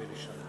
מבקשת לעשות,